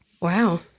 Wow